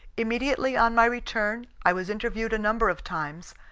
immediately on my return i was interviewed a number of times,